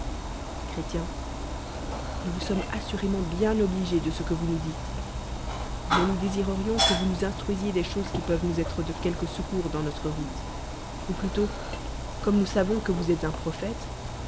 nous vous sommes assurément bien obligés de ce quevous nous remerd nousdésireriousquevous clent nous instruisiez des q oses qui peuvent nous être de quelque secours dans notre route ou plutôt comme nous savons que vouii é tes un proil